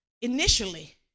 initially